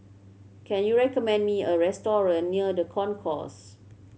can you recommend me a restaurant near The Concourse